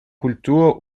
kultur